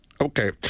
okay